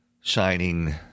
shining